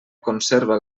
conserva